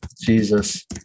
Jesus